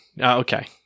Okay